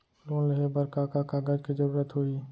Loan लेहे बर का का कागज के जरूरत होही?